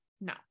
no